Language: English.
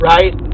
Right